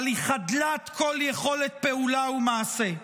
אבל היא חדלת כל יכולת פעולה ומעשה.